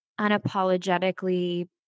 unapologetically